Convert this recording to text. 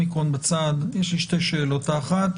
יש לי שתי שאלות: אחת,